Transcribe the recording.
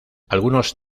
algunos